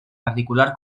particular